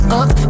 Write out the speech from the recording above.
up